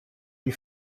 une